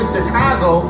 Chicago